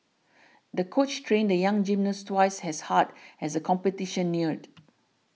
the coach trained the young gymnast twice as hard as the competition neared